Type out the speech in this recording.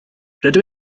rydw